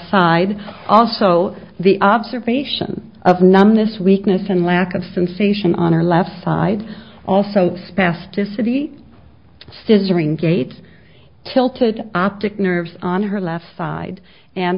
side also the observation of numbness weakness in lack of sensation on her left side also spastic city scissoring gates tilted optic nerves on her left side and